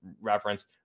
reference